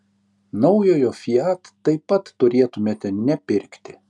naujojo fiat taip pat turėtumėte nepirkti